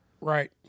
Right